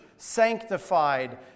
sanctified